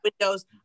windows